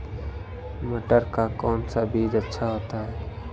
मटर का कौन सा बीज अच्छा होता हैं?